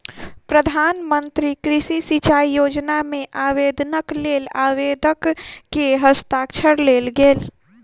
प्रधान मंत्री कृषि सिचाई योजना मे आवेदनक लेल आवेदक के हस्ताक्षर लेल गेल